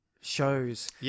shows